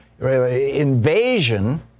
invasion